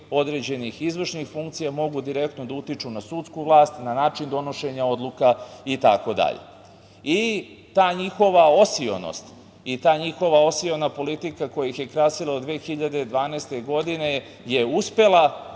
određenih izvršnih funkcija mogu direktno da utiču na sudsku vlast, na način donošenja odluka itd. Ta njihova osionost i ta njihova osiona politika koja ih je krasila do 2012. godine je uspela